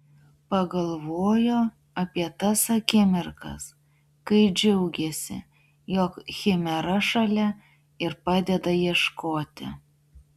pagalvojo apie tas akimirkas kai džiaugėsi jog chimera šalia ir padeda ieškoti